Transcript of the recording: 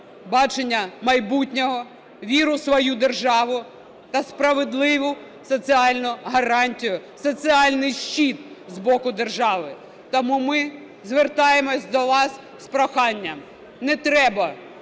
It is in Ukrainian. бачення майбутнього, віру в свою державу та справедливу соціальну гарантію, соціальний щит з боку держави. Тому ми звертаємося до вас з проханням. Не треба